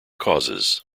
causes